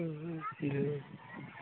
जी